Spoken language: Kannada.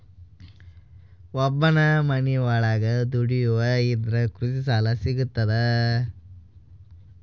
ಒಬ್ಬನೇ ಮನಿಯೊಳಗ ದುಡಿಯುವಾ ಇದ್ರ ಕೃಷಿ ಸಾಲಾ ಸಿಗ್ತದಾ?